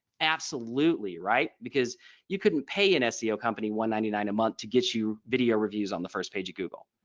absolutely right. because you couldn't pay an seo company one ninety-nine a month to get you video reviews on the first page of google.